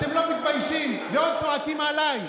אתם לא מתביישים ועוד צועקים עליי.